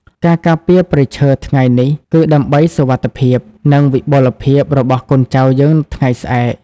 ការការពារព្រៃឈើថ្ងៃនេះ គឺដើម្បីសុវត្ថិភាព និងវិបុលភាពរបស់កូនចៅយើងថ្ងៃស្អែក។